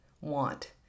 want